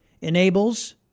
enables